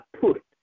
put